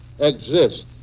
exist